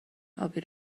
ابی